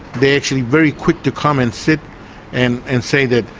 they're actually very quick to come and sit and and say that,